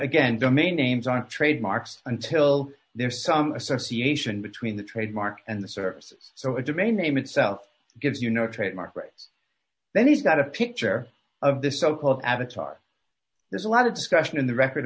again domain names aren't trademarks until there's some association between the trademark and the services so a domain name itself gives you no trademark rights then he's got a picture of this so called avatar there's a lot of discussion in the record